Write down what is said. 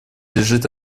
лежит